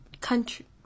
country